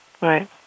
right